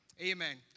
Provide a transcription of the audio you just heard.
amen